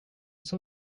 som